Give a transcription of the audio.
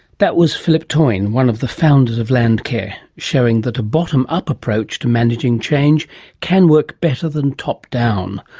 that was phillip toyne, one of the founders of landcare, showing that a bottom-up approach to managing change can work better than top down.